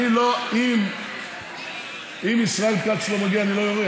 אני לא, אם ישראל כץ לא מגיע אני לא יורד.